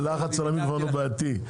הלחץ על המיקרופון הוא בעייתי.